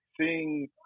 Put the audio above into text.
seeing